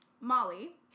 Molly